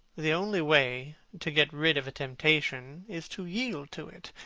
the only way to get rid of a temptation is to yield to it.